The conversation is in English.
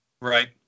Right